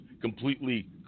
Completely